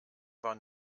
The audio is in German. war